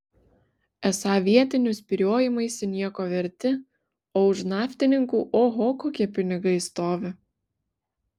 esą vietinių spyriojimaisi nieko verti o už naftininkų oho kokie pinigai stovi